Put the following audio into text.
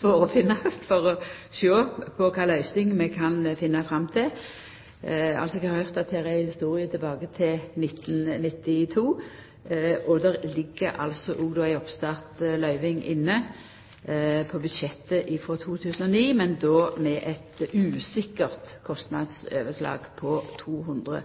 for å sjå på kva for løysing vi kan finna fram til. Eg har høyrt at her er det ei historie tilbake til 1992. Det ligg altså ei oppstartsløyving inne på budsjettet frå 2009, men då med eit usikkert kostnadsoverslag på 200